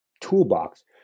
toolbox